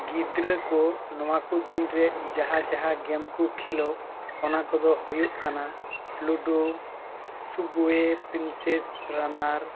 ᱜᱤᱫᱽᱨᱟᱹ ᱠᱚ ᱱᱚᱣᱟ ᱠᱚ ᱫᱤᱱ ᱨᱮ ᱡᱟᱦᱟᱸ ᱡᱟᱦᱟᱸ ᱜᱮᱢ ᱠᱚ ᱠᱷᱮᱞᱚᱜ ᱚᱱᱟ ᱠᱚᱫᱚ ᱦᱩᱭᱩᱜ ᱠᱟᱱᱟ ᱞᱩᱰᱩ ᱥᱩᱵᱚᱣᱮ ᱯᱨᱤᱱᱥᱮᱥ ᱨᱟᱱᱟᱨ